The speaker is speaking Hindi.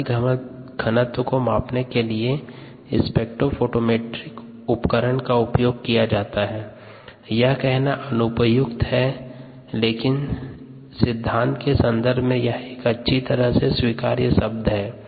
प्रकाशीय घनत्व को मापने के लिए ही स्पेक्ट्रोफोटोमीटर उपकरण का उपयोग किया जाता है यह कहना अनुपयुक्त है लेकिन सिद्धांत के संदर्भ में यह एक अच्छी तरह से स्वीकार्य शब्द है